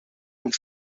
und